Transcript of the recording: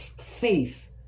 faith